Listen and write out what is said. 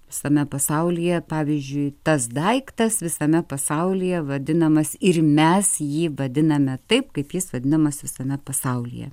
visame pasaulyje pavyzdžiui tas daiktas visame pasaulyje vadinamas ir mes jį vadiname taip kaip jis vadinamas visame pasaulyje